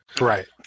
Right